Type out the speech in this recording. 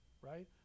right